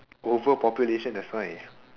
overpopulation that's why